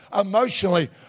emotionally